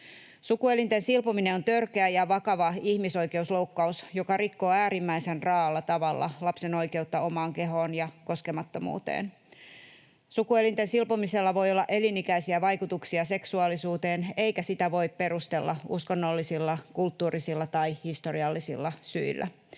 Sukuelinten silpominen on törkeä ja vakava ihmisoikeusloukkaus, joka rikkoo äärimmäisen raa’alla tavalla lapsen oikeutta omaan kehoon ja koskemattomuuteen. Sukuelinten silpomisella voi olla elinikäisiä vaikutuksia seksuaalisuuteen, eikä sitä voi perustella uskonnollisilla, kulttuurisilla tai historiallisilla syillä.